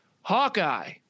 hawkeye